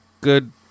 good